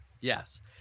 Yes